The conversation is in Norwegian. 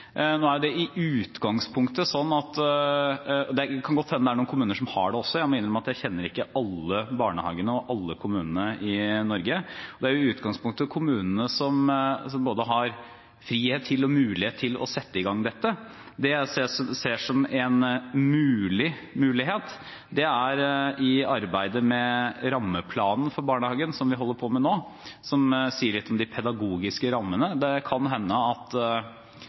og det kan godt hende det er noen kommuner som har det også. Jeg må innrømme at jeg ikke kjenner alle barnehagene og alle kommunene i Norge. Det er i utgangspunktet kommunene som har både frihet til og mulighet til å sette i gang dette. Det jeg ser som en mulig mulighet, er: Vi holder nå på med arbeidet med rammeplanen for barnehagen, som sier litt om de pedagogiske rammene, og det kan hende at